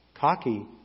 cocky